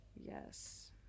Yes